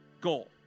goal